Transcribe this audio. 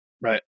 Right